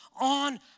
on